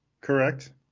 correct